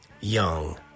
Young